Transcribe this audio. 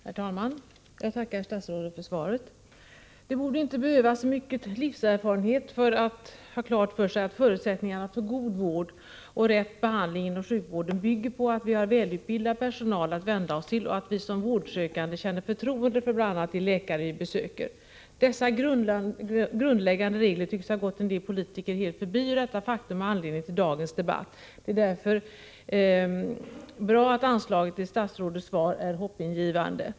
Herr talman! Jag tackar statsrådet för svaret. Det borde inte behövas så mycket livserfarenhet för att ha klart för sig att förutsättningarna för god vård och rätt behandling inom sjukvården bygger på att vi har välutbildad personal att vända oss till och att vi som är vårdsökande känner förtroende för bl.a. de läkare vi besöker. Dessa grundläggande regler tycks dock ha gått en hel del politiker helt förbi, och detta faktum är anledningen till dagens debatt. Det är därför bra att anslaget i statsrådets svar är hoppingivande.